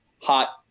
hot